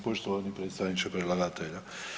poštovani predstavniče predlagatelja.